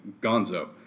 Gonzo